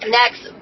next